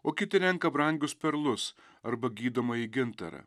o kiti renka brangius perlus arba gydomąjį gintarą